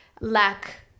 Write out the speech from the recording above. lack